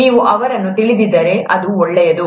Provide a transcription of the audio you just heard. ನೀವು ಅವರನ್ನು ತಿಳಿದಿದ್ದರೆ ಅದು ಒಳ್ಳೆಯದು